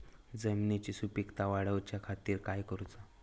जमिनीची सुपीकता वाढवच्या खातीर काय करूचा?